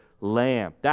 lamb